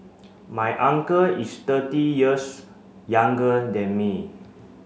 my uncle is thirty years younger than me